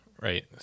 right